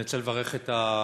אני רוצה לברך את המציעים